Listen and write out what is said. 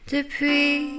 Depuis